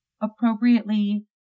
appropriately